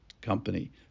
company